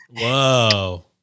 Whoa